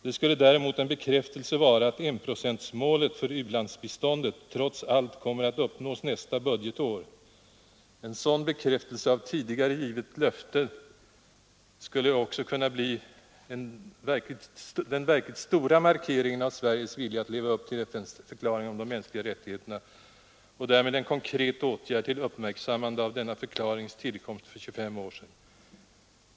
Det skulle däremot en bekräftelse vara att enprocentsmålet för u-landsbiståndet trots allt kommer att uppnås nästa budgetår. En sådan bekräftelse av ett tidigare givet löfte skulle också kunna bli den verkligt stora markeringen av Sveriges vilja att leva upp till FN:s förklaring om de mänskliga rättigheterna och därmed en konkret åtgärd till uppmärksammande av denna förklarings tillkomst för 25 år sedan.